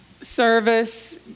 service